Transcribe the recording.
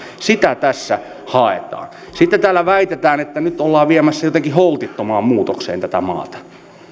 sitä tässä haetaan sitten täällä väitetään että nyt ollaan viemässä jotenkin holtittomaan muutokseen tätä maata